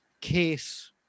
case